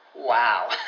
Wow